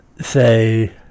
say